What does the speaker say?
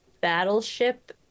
Battleship